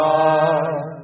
God